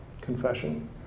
confession